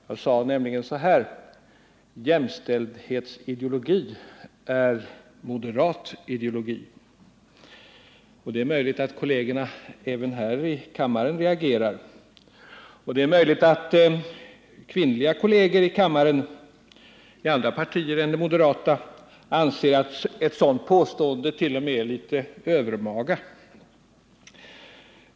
Jag sade nämligen: ”Jämställdhetsideologi är moderat ideologi.” Det är möjligt att även kollegerna här i kammaren reagerar, och det är möjligt att kvinnliga kolleger i kammaren i andra partier än det moderata anser att ett sådant påstående t.o.m. är litet övermaga.